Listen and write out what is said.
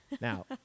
Now